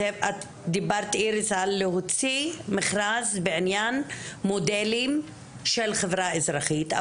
דיברת איריס על להוציא מכרז בעניין מודלים של חברה אזרחית.